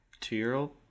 Two-year-old